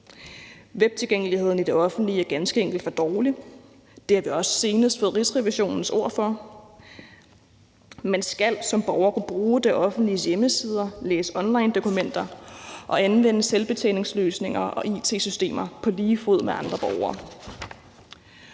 Webtilgængeligheden i det offentlige er ganske enkelt for dårlig, og det har vi senest også fået Rigsrevisionens ord for. Man skal som borger kunne bruge det offentliges hjemmesider, læse onlinedokumenter og anvende selvbetjeningsløsninger og it-systemer på lige fod med andre borgere.